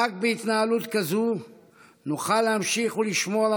רק בהתנהלות כזאת נוכל להמשיך ולשמור על